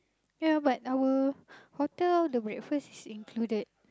ya but our hotel the breakfast is included